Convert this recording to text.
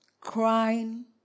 Crying